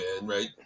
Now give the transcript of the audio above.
right